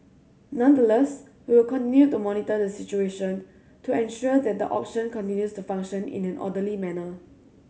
nonetheless we will continue to monitor the situation to ensure that the auction continues to function in an orderly manner